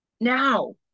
Now